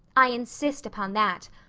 i insist upon that.